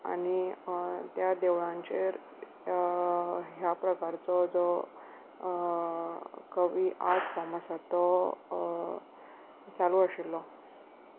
आनी त्या देवळांचेर ह्या प्रकारचो जो कवी आर्ट फॉर्म आसा तो चालू आशिल्लो